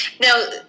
Now